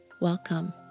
Welcome